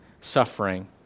suffering